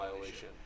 violation